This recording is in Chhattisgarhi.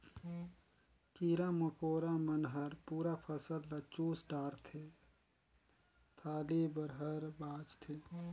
कीरा मकोरा मन हर पूरा फसल ल चुस डारथे छाली भर हर बाचथे